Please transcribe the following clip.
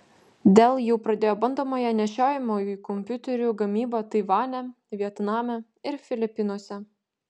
dell jau pradėjo bandomąją nešiojamųjų kompiuterių gamybą taivane vietname ir filipinuose